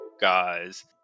guys